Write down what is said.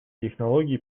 технологий